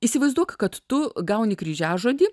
įsivaizduok kad tu gauni kryžiažodį